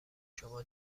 شما